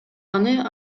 аны